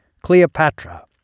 Cleopatra